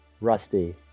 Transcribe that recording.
Rusty